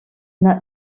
that